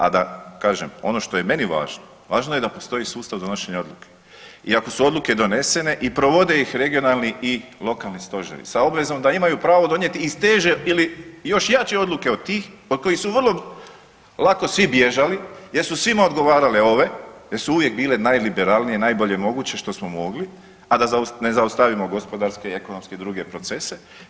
A da, kažem ono što je meni važno, važno je da postoji sustav donošenja odluke i ako su odluke donesene i provode ih regionalni i lokalni stožeri sa obvezom da imaju pravo donijeti i teže ili još jače odluke od tih od kojih su vrlo lako svi bježali jer su svima odgovarale ove jer su uvijek bile najliberalnije i najbolje moguće što smo mogli, a da ne zaustavimo gospodarske i ekonomske i druge procese.